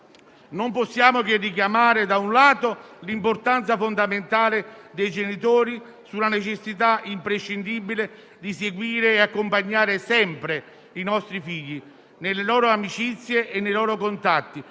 non possiamo che richiamare, da un lato, l'importanza fondamentale dei genitori sulla necessità imprescindibile di seguire e accompagnare sempre i figli nelle loro amicizie e nei loro contatti,